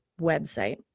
website